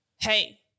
hey